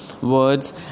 words